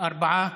ארבעה